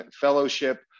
Fellowship